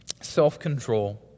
Self-control